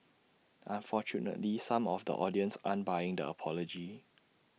unfortunately some of the audience aren't buying the apology